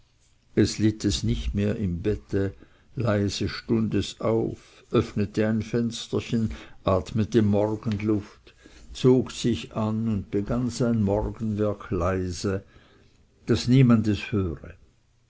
es litt es nicht mehr im bette leise stund es auf öffnete ein fensterchen atmete morgenluft zog sich an und begann sein morgenwerk leise daß niemand es höre